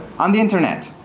on the internet.